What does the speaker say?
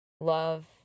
love